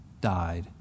died